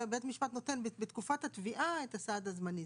ובית משפט נותן בתקיפת התביעה את הסעד הזמני.